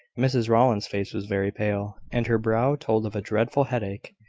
mrs rowland's face was very pale, and her brow told of a dreadful headache.